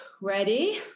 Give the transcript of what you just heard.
ready